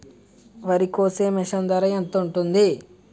వరి కోసే మిషన్ ధర ఎంత ఉంటుంది?